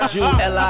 June